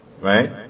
right